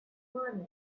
money